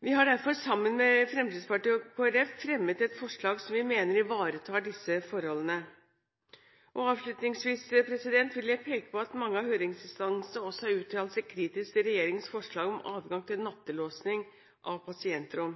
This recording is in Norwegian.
Vi har derfor sammen med Fremskrittspartiet og Kristelig Folkeparti fremmet et forslag som vi mener ivaretar disse forholdene. Avslutningsvis vil jeg peke på at mange av høringsinstansene har uttalt seg kritisk til regjeringens forslag om adgang til nattelåsing av pasientrom.